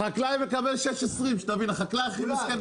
החקלאי מקבל 6.20 ₪, שתבין, החקלאי הוא הכי מסכן.